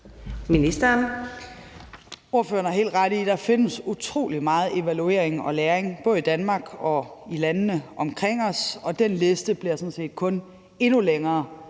der findes utrolig meget evaluering og læring, både i Danmark og i landene omkring os, og den liste er sådan set